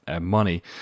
money